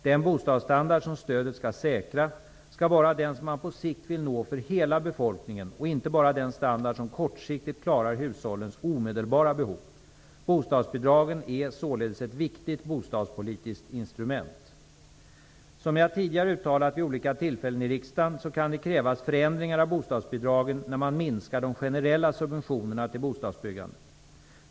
Den bostadsstandard som stödet skall säkra skall vara den som man på sikt vill nå för hela befolkningen och inte bara den standard som kortsiktigt klarar hushållens omedelbara behov. Bostadsbidragen är således ett viktigt bostadspolitiskt instrument. Som jag tidigare uttalat vid olika tillfällen i riksdagen kan det krävas förändringar av bostadsbidragen när man minskar de generella subventionerna till bostadsbyggandet.